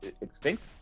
extinct